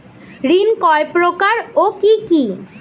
ঋণ কয় প্রকার ও কি কি?